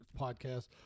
podcast